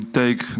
take